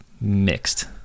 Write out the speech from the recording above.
mixed